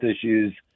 issues